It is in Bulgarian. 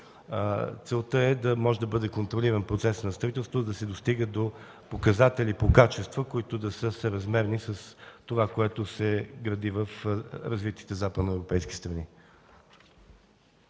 Целта е да може да бъде контролиран процесът на строителството, да се достига до показатели по качество, съразмерни с това, което се гради в развитите западноевропейски страни.